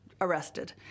arrested